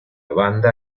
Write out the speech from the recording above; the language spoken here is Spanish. banda